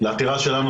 לעתירה שלנו,